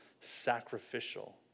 sacrificial